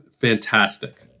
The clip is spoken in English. Fantastic